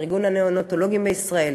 איגוד הנאונטולוגים בישראל,